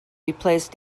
replace